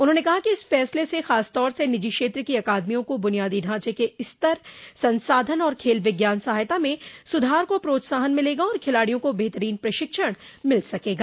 उन्होंने कहा कि इस फैसले से खासतौर से निजी क्षेत्र की अकादमियों को बुनियादी ढांचे के स्तर संसाधन और खेल विज्ञान सहायता में सुधार को प्रोत्साहन मिलेगा और खिलाड़ियों को बेहतरीन प्रशिक्षण मिल सकेगा